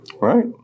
right